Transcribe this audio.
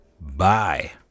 bye